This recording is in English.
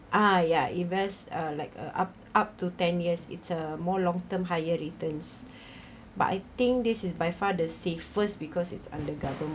ah ya invest uh like uh up up to ten years it's a more long term higher returns but I think this is by far the safest because it's under government